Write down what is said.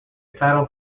title